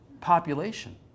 population